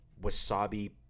wasabi